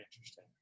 interesting